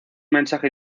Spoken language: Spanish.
mensaje